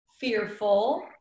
fearful